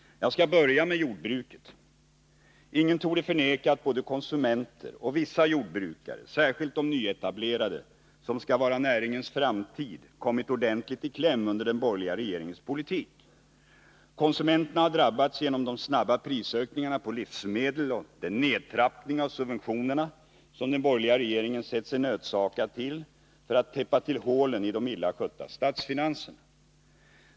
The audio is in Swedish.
Jag skall börja med jordbruket. Ingen torde förneka att både konsumenter och vissa jordbrukare — särskilt de nyetablerade, som skall vara näringens framtid — kommit ordentligt i kläm under den borgerliga regeringens politik. Konsumenterna har drabbats genom de snabba prisökningarna på livsmedel och den nedtrappning av subventionerna som den borgerliga regeringen sett sig nödsakad till för att täppa till hålen i de illa skötta statsfinanserna.